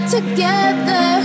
Together